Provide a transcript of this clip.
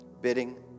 Bidding